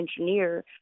engineer